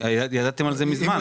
ידעתם על כך מזמן.